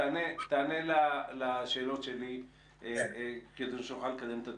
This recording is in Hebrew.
תעני לשאלות שלי כדי שנוכל לקדם את הדיון.